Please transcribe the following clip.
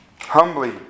humbly